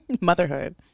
Motherhood